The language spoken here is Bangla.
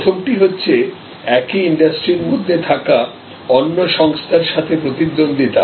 প্রথমটি হচ্ছে একই ইন্ডাস্ট্রির মধ্যে থাকা অন্য সংস্থার সাথে প্রতিদ্বন্দ্বিতা